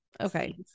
Okay